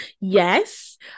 Yes